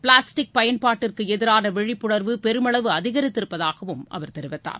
plastic பயன்பாட்டிற்கு எதிரான விழிப்புணர்வு பெருமளவு அதிகரித்திருப்பதாகவும் அவர் தெரிவித்தார்